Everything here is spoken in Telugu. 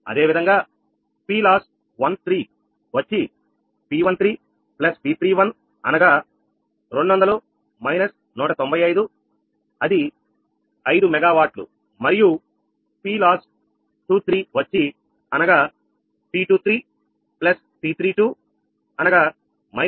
అదేవిధంగా PLOSS 13 వచ్చి P13P31 అనగా200 −195 అది 5 మెగావాట్ మరియు PLOSS 23 వచ్చి అనగా P23 P32 అనగా −49